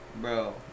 Bro